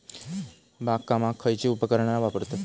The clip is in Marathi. बागकामाक खयची उपकरणा वापरतत?